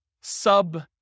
sub